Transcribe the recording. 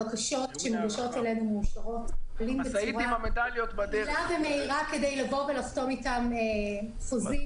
הבקשות שמוגשות אלינו מאושרות בדרך יעילה ומהירה כדי לחתום איתם חוזים.